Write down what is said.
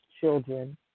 children